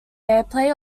airplay